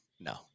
no